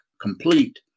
complete